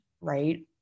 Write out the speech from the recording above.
right